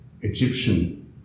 Egyptian